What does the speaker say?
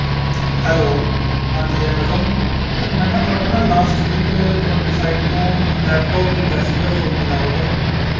hello ਹਾਂਜੀ Amazon ਯਾਰ ਮੈਂ ਨਾ ਤੁਹਾਡੇ ਨਾ ਲਾਸ਼ਟ ਵੀਕ ਤੁਹਾਡੀ ਸਾਈਟ ਤੋਂ ਲੈਪਟਾਪ ਕੀਤਾ ਸੀਗਾ ਸੋਨੀ ਦਾ ਔਰਡਰ